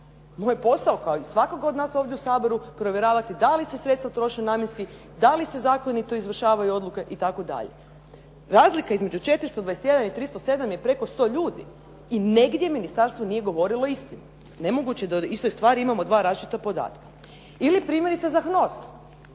Moj je posao kao i svakog od nas ovdje u Saboru provjeravati da li se sredstva troše namjenski, da li se zakonito izvršavaju odluke itd. Razlika između 421 i 307 je preko 100 ljudi i negdje ministarstvo nije govorilo istinu. Nemoguće da o istoj stvari imamo dva različita podatka. Ili primjerice za HNOS.